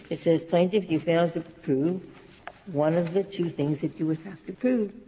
it says plaintiff, you failed to prove one of the two things that you would have to prove.